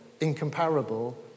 incomparable